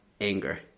anger